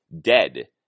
dead